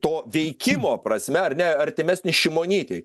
to veikimo prasme ar ne artimesnė šimonytei